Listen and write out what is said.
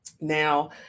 Now